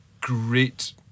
great